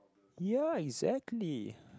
ya exactly